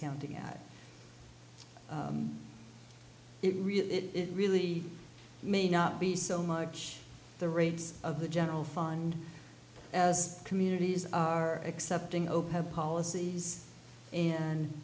counting at it really it really may not be so much the rates of the general fund as communities are accepting open have policies and